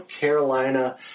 Carolina